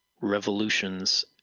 revolutions